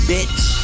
Bitch